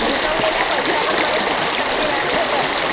गुतवलेल्या पैशावर मले कितीक टक्के व्याज भेटन?